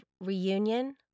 reunion